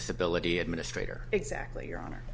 disability administrator exactly your honor